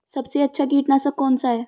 सबसे अच्छा कीटनाशक कौनसा है?